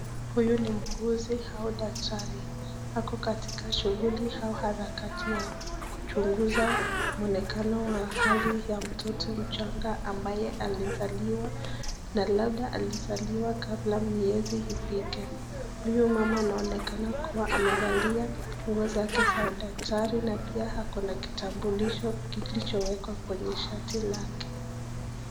Huyu ni muuguzi au daktari, Ako katika shughuli au harakati ya kuchunguza mwonekano wa hali ya mtoto mchanga ambaye alizaliwa, Na labda alizaliwa kabla miezi ifike, huyu mama anaonekana kuwa amevalia nguo zake za daktari na pia Ako na kitambulisho kilichowekwa kwa shati lake.